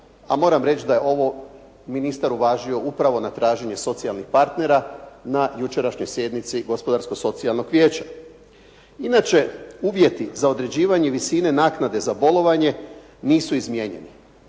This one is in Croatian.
a moram reći da je ovo ministar uvažio upravo na traženje socijalnih partnera na jučerašnjoj sjednici Gospodarsko-socijalnog vijeća. Inače, uvjeti za određivanje visine naknade za bolovanje nisu izmijenjeni.